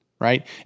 right